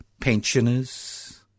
pensioners